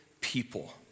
people